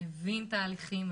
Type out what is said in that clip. מבין תהליכים,